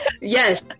Yes